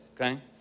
okay